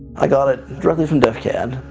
i got it directly from defcan.